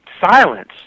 silence